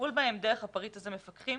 וטיפול בהם' דרך הפריט הזה מפקחים